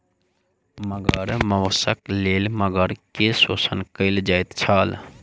मगर मौसक लेल मगर के शोषण कयल जाइत छल